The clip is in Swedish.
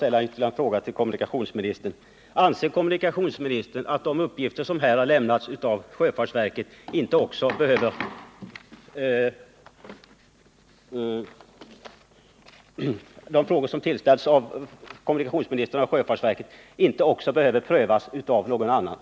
Tillåt mig ställa en fråga till kommunikationsministern. Anser kommunikationsministern att de uppgifter som nu har lämnats av sjöfartsverket också behöver prövas av annan part?